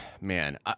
man